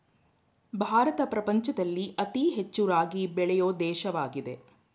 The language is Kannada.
ಭಾರತ ಪ್ರಪಂಚದಲ್ಲಿ ಅತಿ ಹೆಚ್ಚು ರಾಗಿ ಬೆಳೆಯೊ ದೇಶವಾಗಿದೆ